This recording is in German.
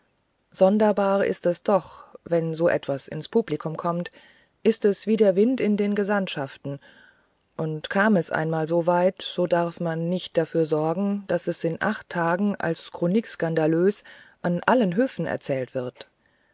sonderbar ist es doch wenn so etwas ins publikum kommt ist es wie der wind in den gesandtschaften und kam es einmal so weit so darf man nicht dafür sorgen daß es in acht tagen als chronique scandaleuse an allen höfen erzählt wird